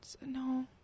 No